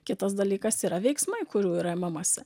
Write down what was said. kitas dalykas yra veiksmai kurių yra imamasi